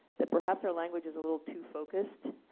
that perhaps our language is a little too focused.